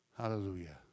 Hallelujah